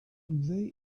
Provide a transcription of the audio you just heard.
they